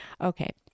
okay